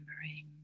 Remembering